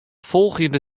folgjende